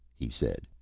he said.